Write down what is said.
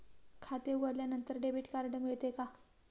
खाते उघडल्यानंतर debit card मिळते का?